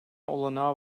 olanağı